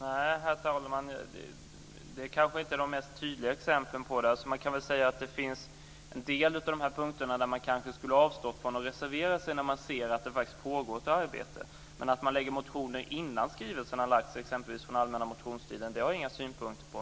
Herr talman! Det kanske inte är de mest tydliga exemplen. Jag kan väl säga att det finns en del punkter där man kanske skulle ha avstått från att reservera sig när man ser att det faktiskt pågår ett arbete. Men att man lägger fram motioner innan skrivelsen har lagts fram, exempelvis under den allmänna motionstiden, har jag inga synpunkter på.